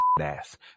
ass